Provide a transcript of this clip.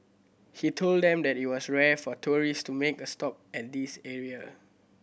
he told them that it was rare for tourist to make a stop at this area